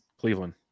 Cleveland